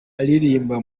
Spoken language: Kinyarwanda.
aririmba